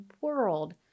world